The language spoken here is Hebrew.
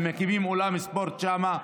הם מקימים אולם ספורט שם,